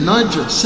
Niger